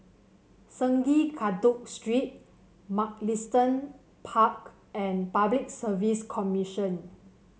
Sungei Kadut Street Mugliston Park and Public Service Commission